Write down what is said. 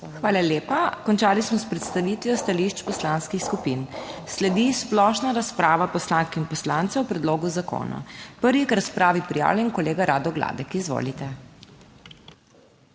Hvala lepa. Končali smo s predstavitvijo stališč poslanskih skupin. Sledi splošna razprava poslank in poslancev o predlogu zakona in prvi je k razpravi prijavljen kolega Rado Gladek. Izvolite.